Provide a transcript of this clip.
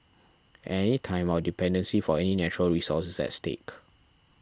at any time our dependency for any natural resource is at stake